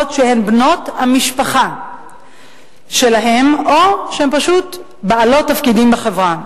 שהן בנות המשפחה שלהם או שהם פשוט בעלות תפקידים בחברה.